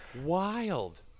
wild